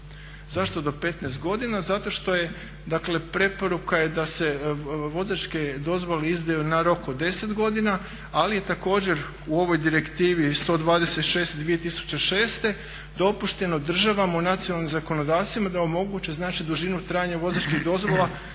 Zašto do 15 godina? Zato što je dakle preporuka je da se vozačke dozvole izdaju na rok od 10 godina ali je također u ovoj direktivi 126/2006 dopušteno državama u nacionalnim zakonodavstvima da omoguće znači dužinu trajanja vozačkih dozvola